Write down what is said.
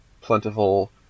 Plentiful